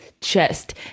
chest